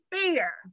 fair